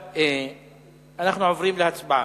אנחנו עוברים להצבעה.